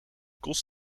kost